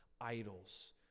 idols